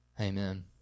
amen